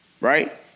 right